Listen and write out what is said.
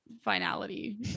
finality